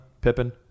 Pippin